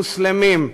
מוסלמים,